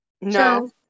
No